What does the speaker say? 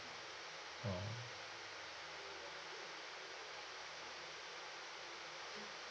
or